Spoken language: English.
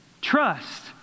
trust